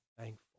thankful